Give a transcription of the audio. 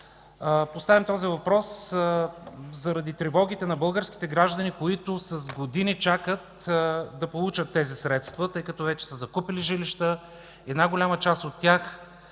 Поставям този въпрос заради тревогите на българските граждани, които с години чакат да получат тези средства, тъй като вече са закупили жилища. Една голяма част от тях